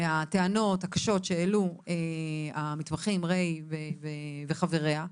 מהטענות הקשות שהעלו המתמחים ריי וחבריה,